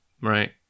Right